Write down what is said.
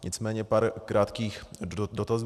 Nicméně pár krátkých dotazů.